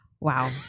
Wow